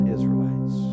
Israelites